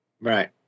right